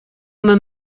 uma